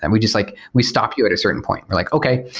and we just like we stop you at a certain point. like, okay.